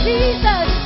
Jesus